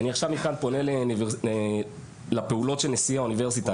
אני עכשיו פונה לפעולות של נשיא האוניברסיטה.